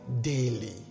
daily